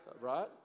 right